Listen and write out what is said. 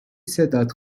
صدات